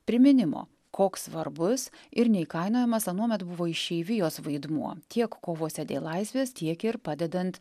priminimo koks svarbus ir neįkainojamas anuomet buvo išeivijos vaidmuo tiek kovose dėl laisvės tiek ir padedant